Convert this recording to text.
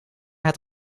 het